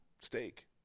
steak